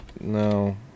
No